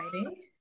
exciting